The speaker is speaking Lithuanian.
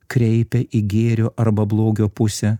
kreipia į gėrio arba blogio pusę